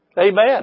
Amen